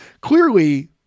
Clearly